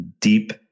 deep